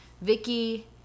Vicky